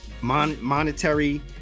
Monetary